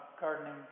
gardening